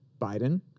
Biden